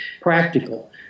practical